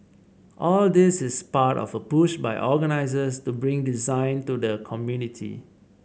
all this is part of a push by organisers to bring design to the community